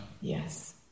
Yes